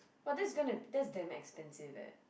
what that's gonna that's damn expensive eh